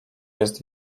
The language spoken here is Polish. jest